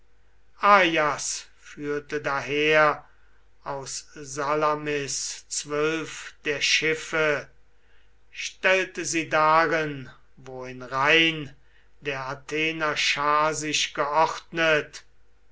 führte daher aus salamis zwölf der schiffe stellte sie darin wo in reihn der athener schar sich geordnet